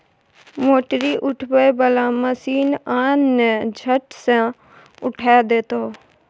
मोटरी उठबै बला मशीन आन ने झट सँ उठा देतौ